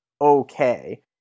okay